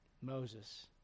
Moses